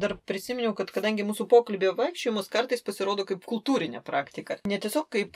dar prisiminiau kad kadangi mūsų pokalbyje vaikščiojimas kartais pasirodo kaip kultūrinė praktika ne tiesiog kaip